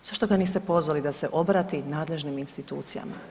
Zašto ga niste pozvali da se obrati nadležnim institucijama?